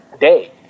day